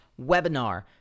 webinar